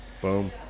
Boom